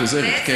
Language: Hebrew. את עוזרת.